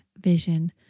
vision